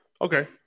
Okay